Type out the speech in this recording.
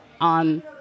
on